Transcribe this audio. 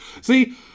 See